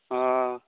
ᱚᱻ